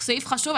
זה סעיף חשוב.